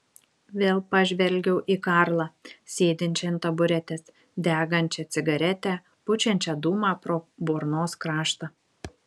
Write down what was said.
vėl pažvelgiau į karlą sėdinčią ant taburetės degančią cigaretę pučiančią dūmą pro burnos kraštą